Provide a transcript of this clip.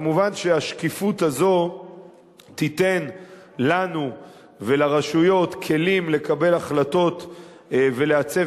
מובן שהשקיפות הזו תיתן לנו ולרשויות כלים לקבל החלטות ולעצב